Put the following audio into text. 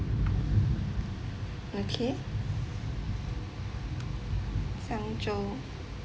okay jiangsu